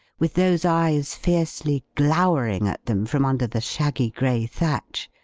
with those eyes fiercely glowering at them from under the shaggy gray thatch,